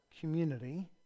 community